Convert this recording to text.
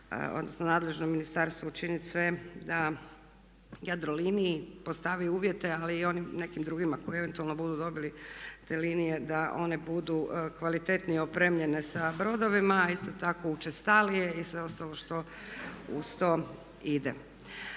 odnosno nadležno ministarstvo učiniti sve da Jadroliniji postavi uvjete, ali i onim nekim drugima koji eventualno budu dobili te linije, da one budu kvalitetnije opremljene sa brodovima, a isto tako učestalije i sve ostalo što uz to ide.